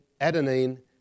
adenine